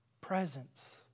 presence